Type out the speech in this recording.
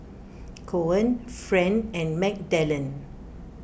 Coen Friend and Magdalen